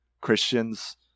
Christians